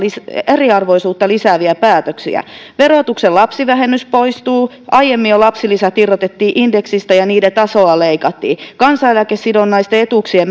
eriarvoisuutta lisääviä päätöksiä verotuksen lapsivähennys poistuu aiemmin jo lapsilisät irrotettiin indeksistä ja niiden tasoa leikattiin kansaneläkesidonnaisten etuuksien